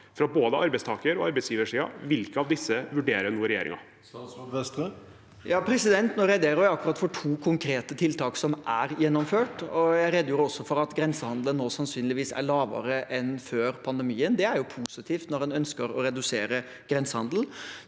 fra både arbeidstaker- og arbeidsgiversiden. Hvilke av disse vurderer nå regjeringen? Statsråd Jan Christian Vestre Nå rede- gjorde jeg akkurat for to konkrete tiltak som er gjennomført, og jeg redegjorde også for at grensehandelen nå sannsynligvis er lavere enn før pandemien. Det er jo positivt når en ønsker å redusere grensehandelen.